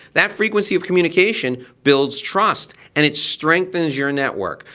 that frequency of communication builds trust and it strengthens your network.